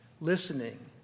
Listening